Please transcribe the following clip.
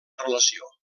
relació